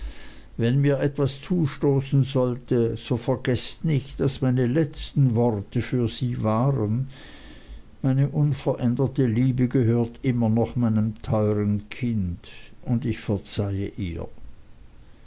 wenn mir etwas zustoßen sollte so vergeßt nicht daß meine letzten worte für sie waren meine unveränderte liebe gehört immer noch meinem teuern kind und ich verzeihe ihr